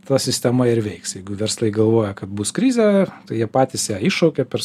ta sistema ir veiks jeigu verslai galvoja kad bus krizė tai jie patys ją iššaukia per